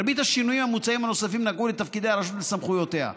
מרבית השינויים המוצעים הנוספים נגעו לתפקידי הרשות ולסמכויותיה.